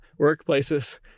workplaces